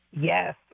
Yes